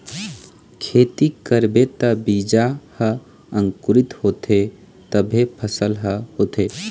खेती करबे त बीजा ह अंकुरित होथे तभे फसल ह होथे